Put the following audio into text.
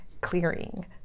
clearing